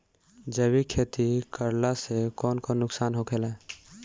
जैविक खेती करला से कौन कौन नुकसान होखेला?